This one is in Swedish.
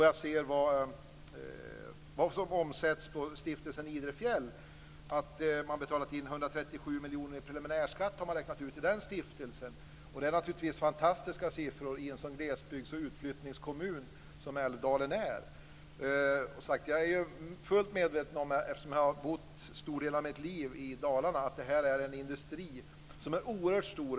Man har räknat ut att man har betalt in 137 miljoner i preliminärskatt. Det är naturligtvis fantastiska siffror i en glesbygds och utflyttningskommun som Älvdalen. Eftersom jag har bott en stor del av mitt liv i Dalarna är jag fullt medveten om att detta är en industri som är oerhört stor.